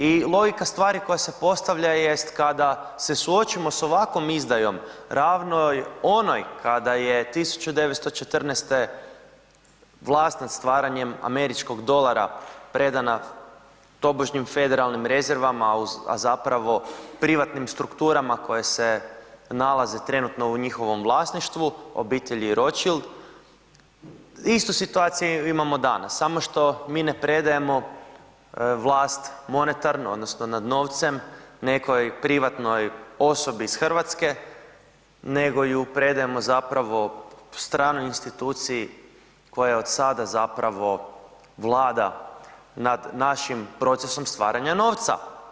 I logika stvari koja se postavlja jest kada se suočimo sa ovakvom izdajom ravnoj onoj kada je 1914. vlast nad stvaranjem američkog dolara predana tobožnjim federalnim rezervama a zapravo privatnim strukturama koje se nalaze trenutno u njihovom vlasništvu, obitelji Rotschild, istu situaciju imamo danas samo što mi ne predajemo vlast monetarno odnosno nad novcem nekoj privatnoj osobi iz Hrvatske nego ju predajemo zapravo stranoj instituciji koja od sada zapravo vlada nad našim procesom stvaranja novca.